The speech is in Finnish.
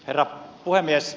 herra puhemies